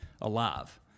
alive